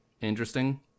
interesting